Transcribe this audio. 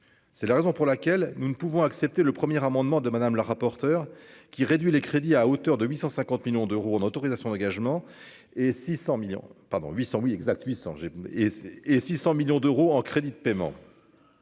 c'est la raison pour laquelle nous ne pouvons accepter le premier amendement de Madame la rapporteure qui réduit les crédits à hauteur de 850 millions d'euros en autorisations d'engagement et 600 millions pendant huit cents